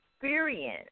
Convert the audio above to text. experience